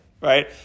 right